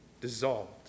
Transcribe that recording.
dissolved